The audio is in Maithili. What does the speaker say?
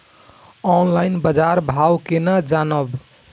ऑनलाईन बाजार भाव केना जानब?